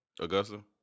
Augusta